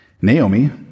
Naomi